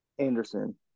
Anderson